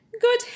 Good